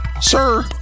Sir